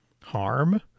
harm